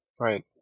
Right